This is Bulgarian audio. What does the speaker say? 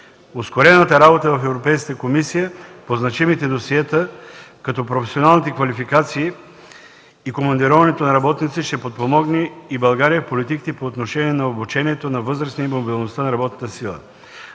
Ускорената работа в Европейската комисия по значимите досиета като професионалните квалификации и командироването на работници ще подпомогне и България в политиките по отношение на обучението на възрастни и мобилността на работната сила.